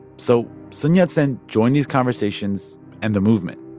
so sun yat-sen joined these conversations and the movement.